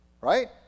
right